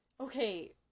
Okay